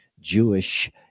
Jewish